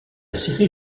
série